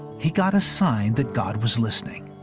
he got a sign that god was listening.